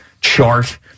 chart